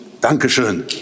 Dankeschön